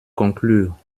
conclure